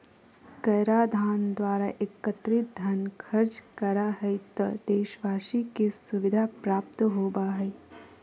कराधान द्वारा एकत्रित धन खर्च करा हइ त देशवाशी के सुविधा प्राप्त होबा हइ